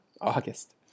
August